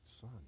Son